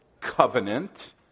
covenant